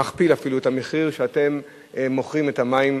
ומכפיל אפילו את המחיר שאתם מוכרים בו את המים.